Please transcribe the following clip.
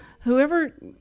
whoever